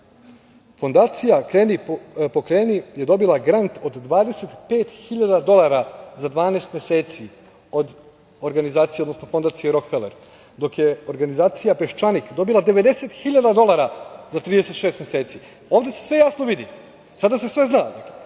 „Kreni - pokreni“ je dobila grant od 25.000 dolara za 12 meseci od Fondacije Rokfeler, dok je organizacija „Peščanik“ dobila 90.000 dolara za 36 meseci. Ovde se sve jasno vidi. Sada se sve zna.E,